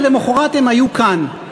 ולמחרת הם היו כאן.